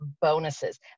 bonuses